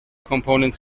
component